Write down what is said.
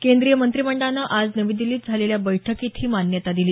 केंद्रीय मंत्रिमंडळानं आज नवी दिल्लीत झालेल्या बैठकीत ही मान्यता दिली